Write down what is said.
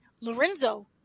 Lorenzo